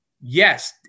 yes